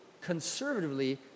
conservatively